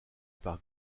par